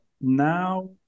now